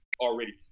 already